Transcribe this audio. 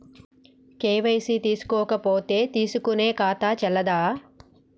KYC చేసుకోకపోతే తీసుకునే ఖాతా చెల్లదా?